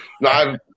No